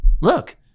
look